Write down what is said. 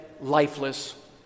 lifeless